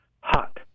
Hot